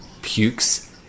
pukes